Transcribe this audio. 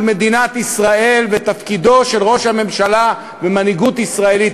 מדינת ישראל ותפקידו של ראש הממשלה ומנהיגות ישראלית.